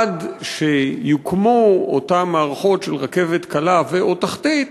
עד שיוקמו אותן מערכות של רכבת קלה ו/או תחתית,